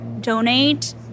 donate